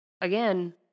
again